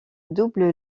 double